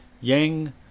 Yang